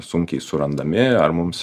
sunkiai surandami ar mums